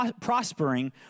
prospering